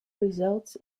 results